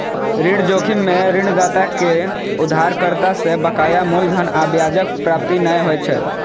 ऋण जोखिम मे ऋणदाता कें उधारकर्ता सं बकाया मूलधन आ ब्याजक प्राप्ति नै होइ छै